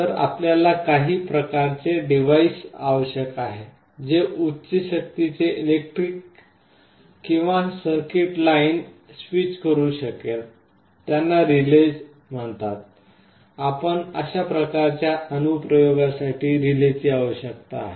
तर आपल्याला काही प्रकारचे डिव्हाइस आवश्यक आहे जे उच्च शक्तीची इलेक्ट्रिक किंवा सर्किट लाइन स्विच करू शकेल त्यांना रिले म्हणतात आपणास अशा प्रकारच्या अनुप्रयोगांसाठी रिलेची आवश्यकता आहे